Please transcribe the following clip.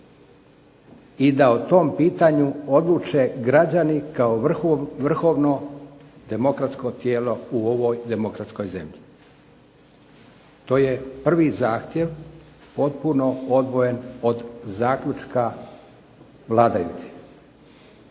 i da o tom pitanju odluče građani kao vrhovno demokratsko tijelo u ovoj demokratskoj zemlji. To je prvi zahtjev potpuno odvojen od zaključka vladajućih.